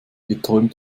geträumt